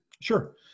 Sure